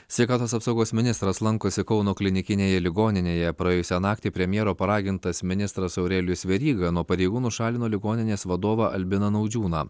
sveikatos apsaugos ministras lankosi kauno klinikinėje ligoninėje praėjusią naktį premjero paragintas ministras aurelijus veryga nuo pareigų nušalino ligoninės vadovą albiną naudžiūną